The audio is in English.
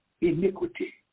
iniquity